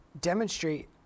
demonstrate